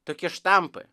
tokie štampai